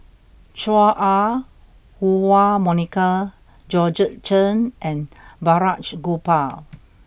Chua Ah Huwa Monica Georgette Chen and Balraj Gopal